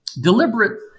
deliberate